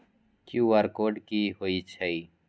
QR code कि हई छई?